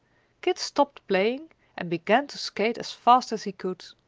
kit stopped playing and began to skate as fast as he could.